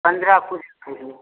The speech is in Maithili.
पन्द्रह पूजा